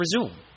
resume